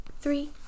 Three